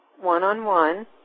one-on-one